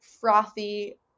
frothy